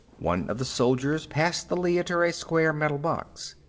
one of the soldiers passed the leiter a square metal box.